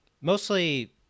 mostly